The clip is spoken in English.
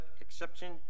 Exception